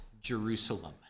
Jerusalem